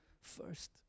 first